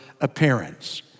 appearance